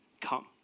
come